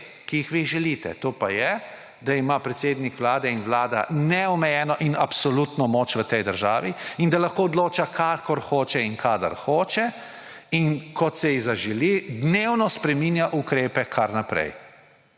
ki jih vi želite, to pa je, da ima predsednik Vlade in Vlada neomejeno in absolutno moč v tej državi in da lahko odloča, kakor hoče in kadar hoče in kot si zaželi ter dnevno spreminja ukrepe kar naprej.